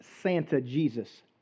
Santa-Jesus